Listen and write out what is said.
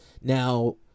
now